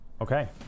Okay